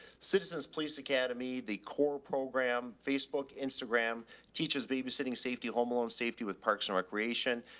citizen's police academy, the core program, facebook, instagram teaches babysitting, safety, homeloan safety with parks and recreation.